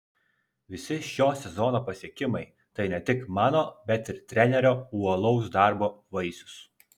visi šio sezono pasiekimai tai ne tik mano bet ir trenerio uolaus darbo vaisius